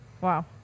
Wow